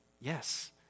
Yes